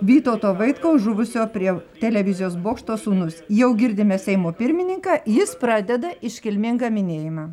vytauto vaitkaus žuvusio prie televizijos bokšto sūnus jau girdime seimo pirmininką jis pradeda iškilmingą minėjimą